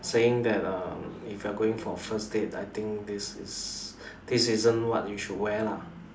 saying that um if you're going for a first date I think this is this isn't what you should wear lah